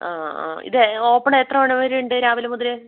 ആ ആ ഇത് ഓപ്പൺ എത്ര മണി വരെ ഉണ്ട് രാവിലെ മുതൽ